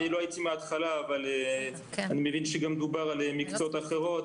אני לא הייתי מהתחלה אבל אני מבין שגם דובר על מקצועות אחרים,